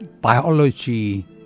biology